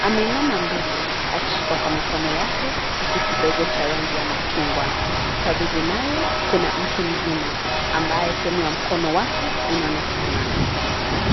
Ameinama mbele akishika kwa mikono yake, kitu kidogo cha rangi ya machungwa. Karibu naye kuna mtu mzima, ambaye sehemu ya mkono wake inaonekana.